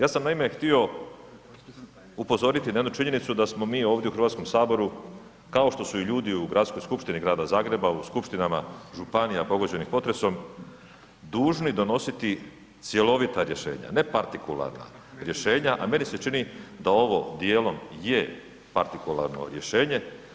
Ja sam naime htio upozoriti na jednu činjenicu da smo mi ovdje u Hrvatskom saboru kao što su i ljudi u Gradskoj skupštini Grada Zagreba u skupštinama županija pogođeni potresom dužni donositi cjelovita rješenja, ne partikularna rješenja, a meni se čini da ovo dijelom je partikularno rješenje.